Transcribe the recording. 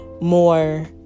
more